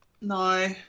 No